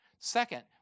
Second